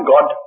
God